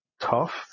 tough